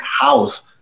house